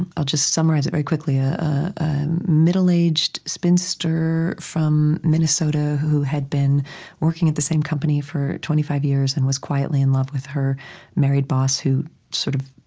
i'll just summarize it very quickly a middle-aged spinster from minnesota who had been working at the same company for twenty five years and was quietly in love with her married boss, who sort of